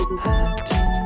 pattern